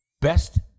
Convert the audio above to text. best